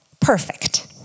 perfect